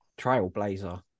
trailblazer